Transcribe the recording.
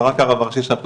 זה רק הרב הראשי -- אבל,